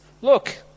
look